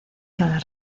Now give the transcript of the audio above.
cada